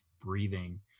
breathing